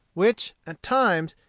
which, at times,